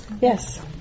Yes